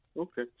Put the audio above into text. Okay